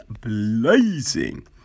blazing